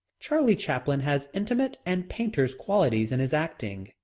charlie chaplin has intimate and painter's qualities in his acting,